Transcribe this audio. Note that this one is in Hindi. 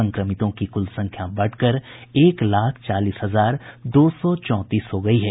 संक्रमितों की कुल संख्या बढ़कर एक लाख चालीस हजार दो सौ चौंतीस हो गयी है